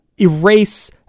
erase